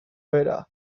bera